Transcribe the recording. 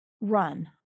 Run